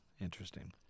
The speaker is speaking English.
Interesting